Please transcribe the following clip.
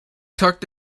tucked